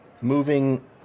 moving